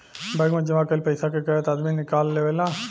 bank मे जमा कईल पइसा के गलत आदमी निकाल लेवेला